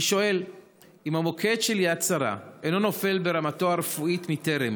אני שואל: אם המוקד של יד שרה אינו נופל ברמתו הרפואית מטרם